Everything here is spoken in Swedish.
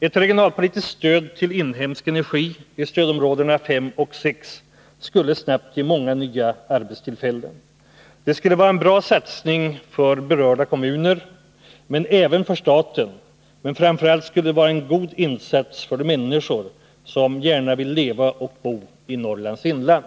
Ett regionalpolitiskt stöd till framtagandet av inhemsk energi i stödområdena 5 och 6 skulle snabbt ge många arbetstillfällen. Det skulle vara en bra satsning för berörda kommuner — men även för staten. Framför allt skulle det emellertid vara en god insats för de människor som gärna vill leva och bo i Norrlands inland.